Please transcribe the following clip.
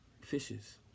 fishes